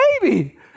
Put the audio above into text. baby